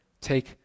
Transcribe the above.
take